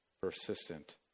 persistent